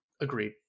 agreed